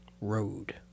Road